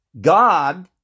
God